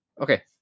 Okay